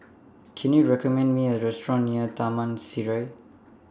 Can YOU recommend Me A Restaurant near Taman Sireh